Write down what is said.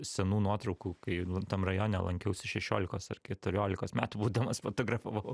senų nuotraukų kai nu tam rajone lankiausi šešiolikos ar keturiolikos metų būdamas fotografavau